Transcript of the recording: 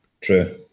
True